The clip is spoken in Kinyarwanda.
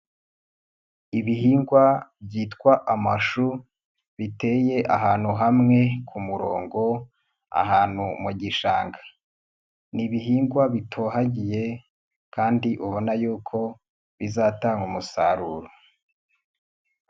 Ibihingwa byitwa amashu, biteye ahantu hamwe ku murongo, ahantu mu gishanga. Ni ibihingwa bitohagiye kandi ubona yuko bizatanga umusaruro.